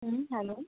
হুম hello